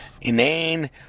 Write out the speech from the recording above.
inane